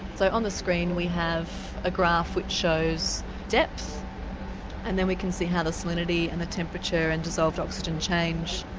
so, on the screen we have a graph which shows depth and then we can see how the salinity and the temperature and the dissolved oxygen change.